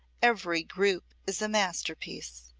every group is a masterpiece.